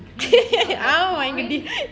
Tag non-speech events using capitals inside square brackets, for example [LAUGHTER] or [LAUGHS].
[LAUGHS]